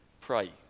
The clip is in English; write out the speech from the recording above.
pray